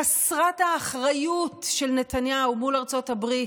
חסרת האחריות של נתניהו מול ארצות הברית,